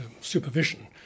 supervision